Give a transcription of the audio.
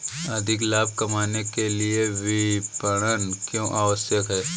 अधिक लाभ कमाने के लिए विपणन क्यो आवश्यक है?